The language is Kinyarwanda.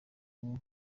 bazaba